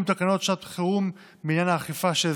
תקנות שעת חירום בעניין האכיפה שהזכרתי.